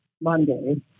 Monday